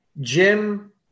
Jim